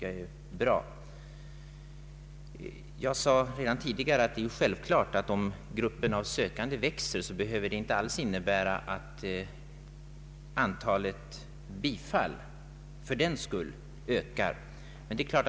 Jag sade redan tidigare att om gruppen sökande växer, behöver det inte alls innebära att antalet bifall till ansökningarna fördenskull ökar.